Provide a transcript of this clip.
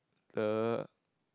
the